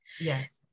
Yes